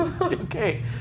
Okay